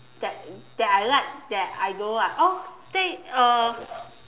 that that I like that I don't like oh then uh